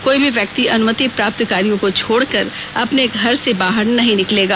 कोई भी व्यक्ति अनुमति प्राप्त कार्यो को छोड़कर अपने घर से बाहर नहीं निकलेगा